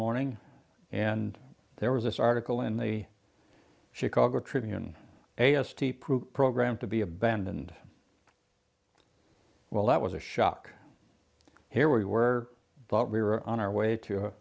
morning and there was this article in the chicago tribune a s t proof program to be abandoned well that was a shock here we were but we were on our way to